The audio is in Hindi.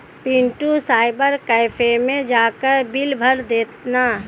पिंटू साइबर कैफे मैं जाकर बिल भर देना